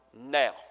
now